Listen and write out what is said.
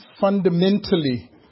fundamentally